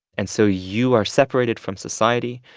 and so you are separated from society,